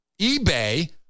eBay